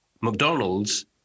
McDonald's